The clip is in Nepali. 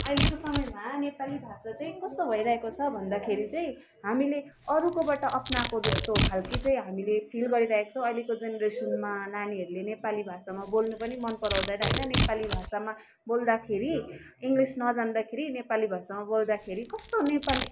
अहिलेको समयमा नेपाली भाषा चाहिँ कस्तो भइरहेको छ भन्दाखेरि चाहिँ हामीले अरूकोबाट अप्नाएको जस्तो खालको चाहिँ हामीले फिल गरिरहेको छौँ अहिलेको जेनेरेसनमा नानीहरूले नेपाली भाषामा बोल्नु पनि मन पराउँदैन होइन नेपाली भाषामा बोल्दाखेरि इङ्ग्लिस नजान्दाखेरि नेपाली भाषामा बोल्दाखेरि कस्तो नेपाली